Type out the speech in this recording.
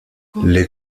les